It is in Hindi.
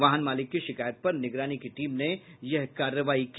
वाहन मालिक की शिकायत पर निगरानी की टीम ने यह कार्रवाई की